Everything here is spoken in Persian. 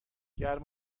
گرم